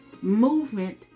movement